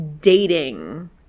Dating